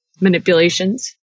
manipulations